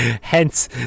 hence